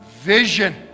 Vision